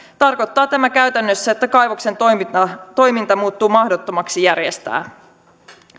tarkoittaa tämä käytännössä että kaivoksen toiminta muuttuu mahdottomaksi järjestää